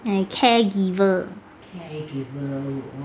caregiver